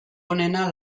onena